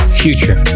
future